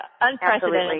unprecedented